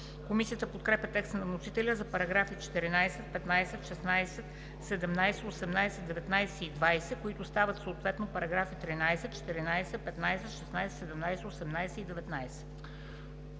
Комисията подкрепя текста на вносителя за параграфи 14, 15, 16, 17, 18, 19 и 20, които стават съответно параграфи 13, 14, 15, 16, 17, 18 и 19.